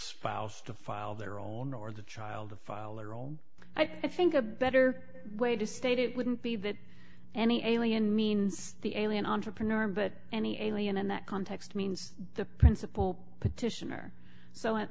spouse to file their own or the child to file their own i think a better way to state it wouldn't be that any alien means the alien entrepreneur but any alien in that context means the principal petitioner so